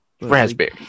raspberry